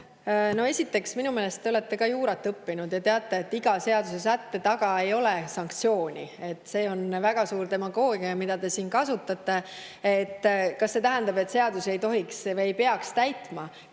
Esiteks, minu meelest te olete ka juurat õppinud ja teate, et iga seadusesätte taga ei ole sanktsiooni. See on väga suur demagoogia, mida te siin kasutate. Kas see tähendab, et seadusi ei peaks täitma,